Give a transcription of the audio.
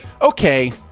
Okay